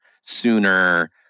sooner